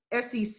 SEC